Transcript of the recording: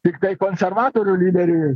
tiktai konservatorių lyderiui